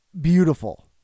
beautiful